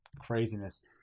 craziness